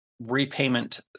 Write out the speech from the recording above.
repayment